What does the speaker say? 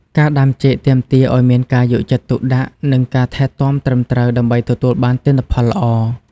ការដាំចេកទាមទារឱ្យមានការយកចិត្តទុកដាក់ និងការថែទាំត្រឹមត្រូវដើម្បីទទួលបានទិន្នផលល្អ។